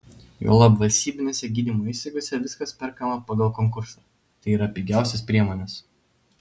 juolab valstybinėse gydymo įstaigose viskas perkama pagal konkursą tai yra pigiausios priemonės